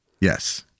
yes